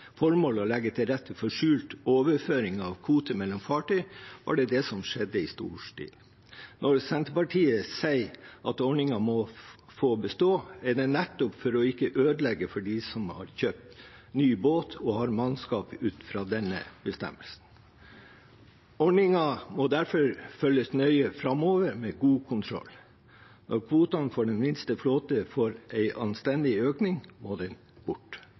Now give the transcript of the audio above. å legge til rette for skjult overføring av kvoter mellom fartøy, var det det som skjedde i stor stil. Når Senterpartiet sier at ordningen må få bestå, er det nettopp for ikke å ødelegge for dem som har kjøpt ny båt og har mannskap ut fra denne bestemmelsen. Ordningen må derfor følges nøye framover, med god kontroll. Når kvotene for den minste flåten får en anstendig økning, må den bort.